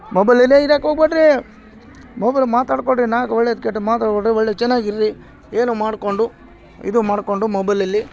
ಮೊಬೈಲೇಲೆ ಇರೋಕ್ ಹೋಗಬೇಡ್ರಿ ಮೊಬೈಲ್ ಮಾತಾಡ್ಕೊಳ್ರಿ ನಾಲ್ಕು ಒಳ್ಳೇದು ಕೆಟ್ಟದು ಮಾತಾಡ್ಕೊಳ್ರಿ ಒಳ್ಳೆ ಚೆನ್ನಾಗ್ ಇರ್ರಿ ಏನು ಮಾಡ್ಕೊಂಡು ಇದು ಮಾಡ್ಕೊಂಡು ಮೊಬೈಲಲ್ಲಿ